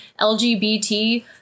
LGBT